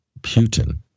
Putin